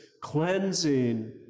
cleansing